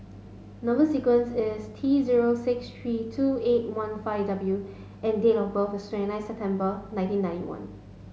number sequence is T zero six three two eight one five W and date of birth is twenty nine September nineteen ninety one